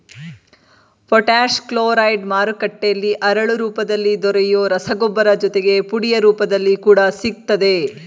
potash chloride ಮಾರುಕಟ್ಟೆಲಿ ಹರಳು ರೂಪದಲ್ಲಿ ದೊರೆಯೊ ರಸಗೊಬ್ಬರ ಜೊತೆಗೆ ಪುಡಿಯ ರೂಪದಲ್ಲಿ ಕೂಡ ಸಿಗ್ತದೆ